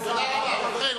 תודה רבה.